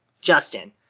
Justin